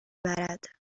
برد